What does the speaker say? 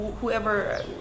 whoever